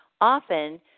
often